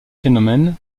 phénomènes